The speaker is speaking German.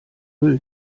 müll